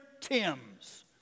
Tims